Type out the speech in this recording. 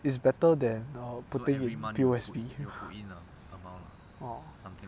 is better than err putting in P_O_S_B ah